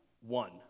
One